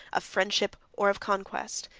of friendship, or of conquest.